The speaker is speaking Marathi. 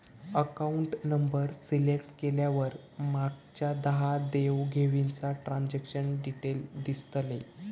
अकाउंट नंबर सिलेक्ट केल्यावर मागच्या दहा देव घेवीचा ट्रांजॅक्शन डिटेल दिसतले